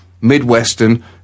Midwestern